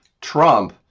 Trump